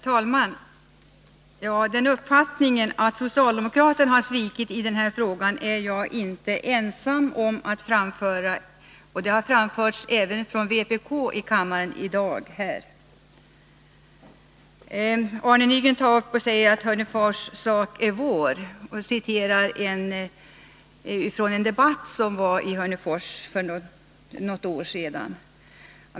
Herr talman! Uppfattningen att socialdemokraterna har svikit i denna fråga är jag inte ensam om att framföra. Den har framförts även från vpk-håll här i kammaren i dag. Arne Nygren säger: Hörnefors sak är vår. Han citerar därmed en debatt i Hörnefors för något år sedan.